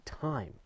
time